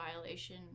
violation